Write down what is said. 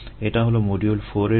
এটা হলো মডিউল 4 এর জন্য